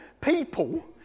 people